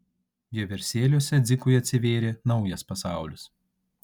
vieversėliuose dzikui atsivėrė naujas pasaulis